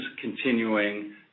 continuing